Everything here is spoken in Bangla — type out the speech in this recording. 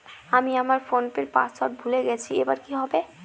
আমি আমার ফোনপের পাসওয়ার্ড ভুলে গেছি এবার কি হবে?